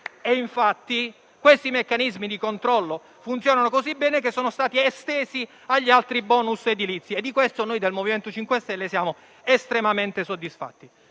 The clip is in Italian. Questi meccanismi di controllo funzionano così bene che sono stati estesi agli altri bonus edilizi, e di questo noi del MoVimento 5 Stelle siamo estremamente soddisfatti.